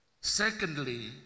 secondly